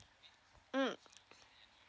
mm